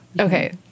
okay